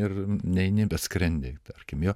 ir neini bet skrendi tarkim jo